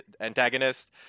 antagonist